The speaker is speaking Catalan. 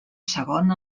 segon